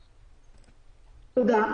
תודה.